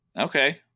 Okay